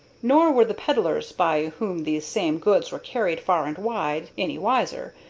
nor were the peddlers, by whom these same goods were carried far and wide, any wiser,